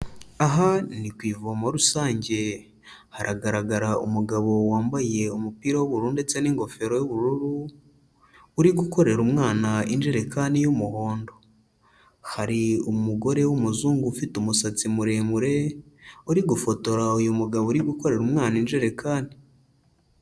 Aha ni ku ivomo rusange, haragaragara umugabo wambaye umupira w'ubururu ndetse n'ingofero y'ubururu, uri gukorera umwana injerekani y'umuhondo. Hari umugore w'umuzungu ufite umusatsi muremure, uri gufotora uyu mugabo uri gukorera umwana injerekani.